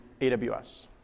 AWS